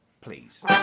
Please